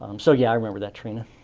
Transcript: um so yeah, i remember that trina.